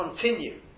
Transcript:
continue